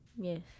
Yes